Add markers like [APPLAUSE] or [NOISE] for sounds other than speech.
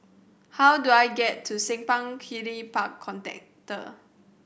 how do I get to Simpang Kiri Park [UNINTELLIGIBLE]